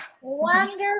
Wonderful